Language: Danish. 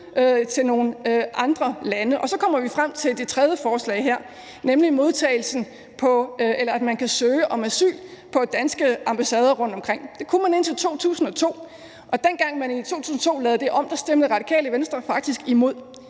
til nogle andre lande. Så kommer vi frem til det tredje forslag her, nemlig at man kan søge om asyl på danske ambassader rundtomkring. Det kunne man indtil 2002, og dengang man i 2002 lavede det om, stemte Radikale Venstre faktisk imod.